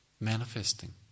manifesting